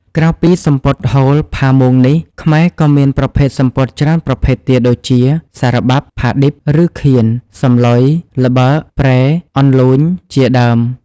ក្រៅពីសំពត់ហូល ផាមួងនេះ ខ្មែរក៏មានប្រភេទសំពត់ច្រើនប្រភេទទៀតដូចជា, សារបាប់, ផាឌិប ឬខៀន, សម្លុយ, ល្បើក, ព្រែ, អន្លូញ ជាដើម។